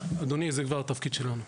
אדוני זה כבר תפקיד שלנו,